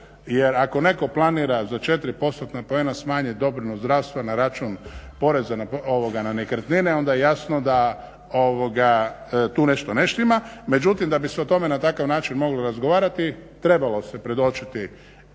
jer ako netko planira za 4%-tna poena smanjiti doprinos zdravstva na račun poreza ne nekretnine onda je jasno da tu nešto ne štima. Međutim da bi se o tome na takav način moglo razgovarati trebalo se predočiti